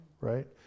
right